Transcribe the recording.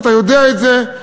אתה יודע את זה,